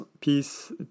piece